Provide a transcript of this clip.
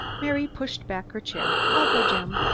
mary pushed back her chair, i'll go, jim.